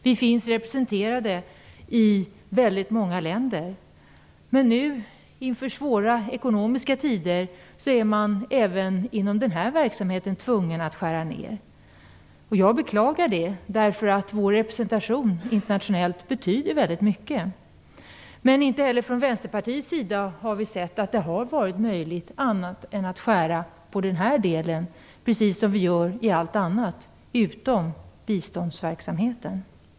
Vi är representerade i väldigt många länder. Men nu när det är svåra ekonomiska tider är man även inom denna verksamhet tvungen att skära ner. Det beklagar jag, eftersom vår internationella representation betyder väldigt mycket. Men inte heller från Vänsterpartiet har vi inte sett det som möjligt annat än att skära ner på den här delen, precis som vi gör när det gäller allt annat utom biståndsverksamheten.